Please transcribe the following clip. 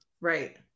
Right